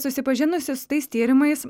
susipažinusi su tais tyrimais